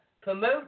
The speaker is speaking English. Promote